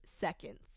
Seconds